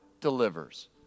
delivers